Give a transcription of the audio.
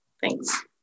Thanks